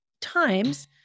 times